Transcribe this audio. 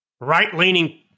right-leaning